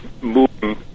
moving